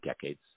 decades